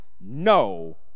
no